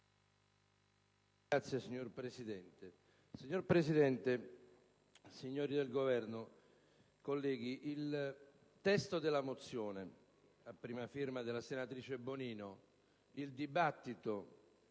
(FLI). Signora Presidente, rappresentanti del Governo, colleghi, il testo della mozione a prima firma della senatrice Bonino, il dibattito